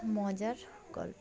মজার গল্প